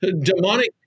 demonic